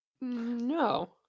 No